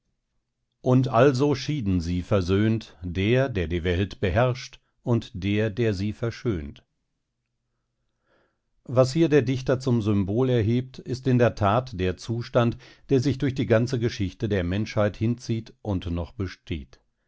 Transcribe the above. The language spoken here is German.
und also schieden sie versöhnt der der die welt beherrscht und der der sie verschönt was hier der dichter zum symbol erhebt ist in der tat der zustand der sich durch die ganze geschichte der menschheit hinzieht und noch besteht